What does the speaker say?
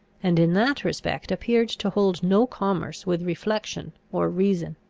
and in that respect appeared to hold no commerce with reflection or reason.